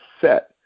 set